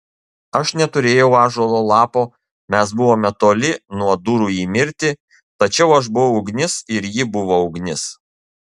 aš neturėjau ąžuolo lapo mes buvome toli nuo durų į mirtį tačiau aš buvau ugnis ir ji buvo ugnis